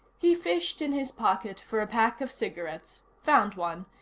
he fished in his pocket for a pack of cigarettes, found one,